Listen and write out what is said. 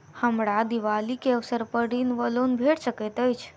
हमरा दिपावली केँ अवसर पर ऋण वा लोन भेट सकैत अछि?